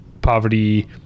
poverty